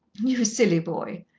you silly boy,